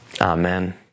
Amen